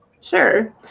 Sure